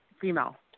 female